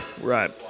Right